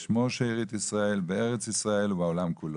ישמור שארית ישראל בארץ ישראל ובעולם כולו.